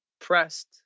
pressed